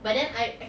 but then I I